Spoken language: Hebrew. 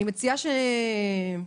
אני מציעה שנתקדם.